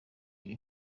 iri